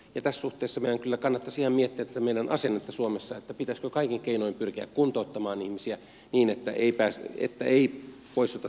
tässä suhteessa meidän kyllä kannattaisi ihan miettiä tätä meidän asennettamme suomessa että pitäisikö kaikin keinoin pyrkiä kuntouttamaan ihmisiä niin että ei poistuta työelämästä